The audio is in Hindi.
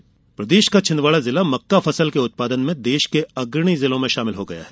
मक्का उत्पादन प्रदेश का छिदवाड़ा जिला मक्का फसल के उत्पादन में देश के अग्रणी जिलों में शामिल है